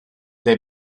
dai